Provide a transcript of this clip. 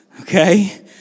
Okay